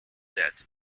death